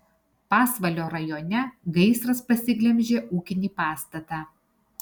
pasvalio rajone gaisras pasiglemžė ūkinį pastatą